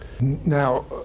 Now